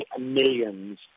millions